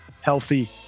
healthy